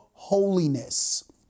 Holiness